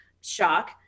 shock